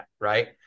right